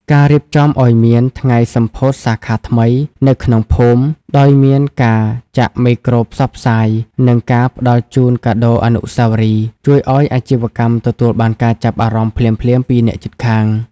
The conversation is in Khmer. ការរៀបចំឱ្យមាន "ថ្ងៃសម្ពោធសាខាថ្មី" នៅក្នុងភូមិ ដោយមានការចាក់មេក្រូផ្សព្វផ្សាយ និងការផ្ដល់ជូនកាដូអនុស្សាវរីយ៍ ជួយឱ្យអាជីវកម្មទទួលបានការចាប់អារម្មណ៍ភ្លាមៗពីអ្នកជិតខាង។